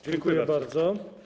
Dziękuję bardzo.